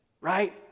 right